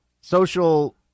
social